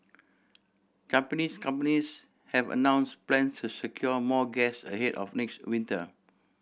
companies companies have announced plans to secure more gas ahead of next winter